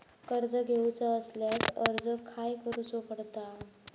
कर्ज घेऊचा असल्यास अर्ज खाय करूचो पडता?